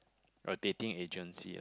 rotating agency ah